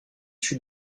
issus